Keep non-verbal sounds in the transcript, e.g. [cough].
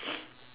[noise]